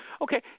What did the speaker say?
Okay